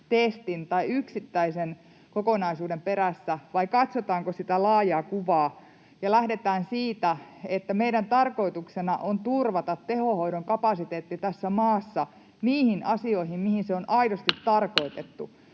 testin tai yksittäisen kokonaisuuden perässä vai katsotaanko sitä laajaa kuvaa ja lähdetäänkö siitä, että meidän tarkoituksena on turvata tehohoidon kapasiteetti tässä maassa niihin asioihin, mihin se on aidosti tarkoitettu: